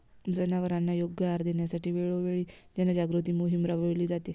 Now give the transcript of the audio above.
जनावरांना योग्य आहार देण्यासाठी वेळोवेळी जनजागृती मोहीम राबविली जाते